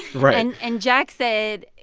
right and and jack said,